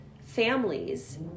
families